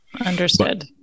Understood